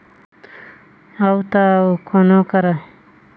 अउ त अउ कोनो करा पइसा घलोक जमा नइ करिस भई